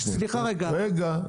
יכול --- רגע,